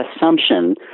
assumption